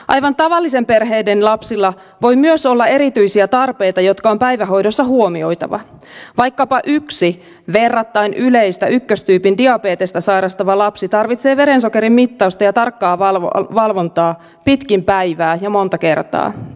aivan tavallisten perheiden lapsilla voi myös olla erityisiä tarpeita jotka on päivähoidossa huomioitava vaikkapa yksi verrattain yleistä ykköstyypin diabetesta sairastava lapsi tarvitsee verensokerin mittausta ja tarkkaa valvontaa pitkin päivää ja monta kertaa